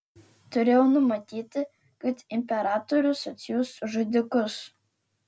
turėjau numatyti kad imperatorius atsiųs žudikus